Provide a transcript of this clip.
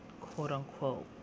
quote-unquote